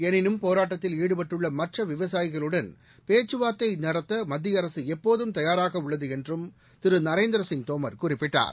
எனினும் போராட்டத்தில் ஈடுபட்டுள்ள மற்ற விவசாயிகளுடன் பேச்சுவார்த்தை நடத்த மத்திய அரசு எப்போதும் தயாராக உள்ளது என்றும் திரு நரேந்திரசிங் தோம் குறிப்பிட்டார்